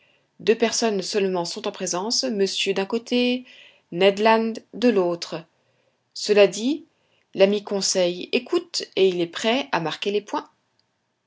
deux personnes seulement sont en présence monsieur d'un côté ned land de l'autre cela dit l'ami conseil écoute et il est prêt à marquer les points